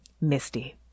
misty